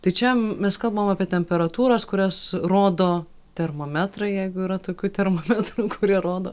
tai čia mes kalbam apie temperatūras kurias rodo termometrai jeigu yra tokių termometrų kurie rodo